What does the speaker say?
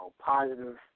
positive